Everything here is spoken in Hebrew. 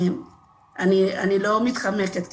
אני לא מתחמקת מהדיון,